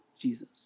Jesus